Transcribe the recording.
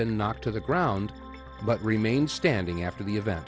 been knocked to the ground but remained standing after the event